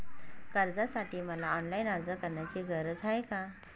कर्जासाठी मला ऑनलाईन अर्ज करण्याची गरज आहे का?